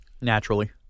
naturally